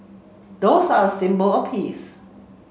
doves are a symbol of peace